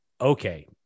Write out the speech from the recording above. okay